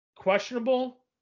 questionable